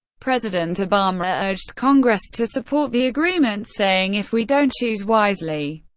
president obama urged congress to support the agreement, saying if we don't choose wisely,